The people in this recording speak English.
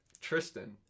Tristan